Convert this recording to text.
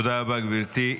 תודה רבה, גברתי.